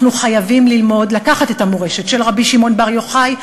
אנחנו חייבים ללמוד לקחת את המורשת של רבי שמעון בר יוחאי,